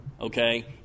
okay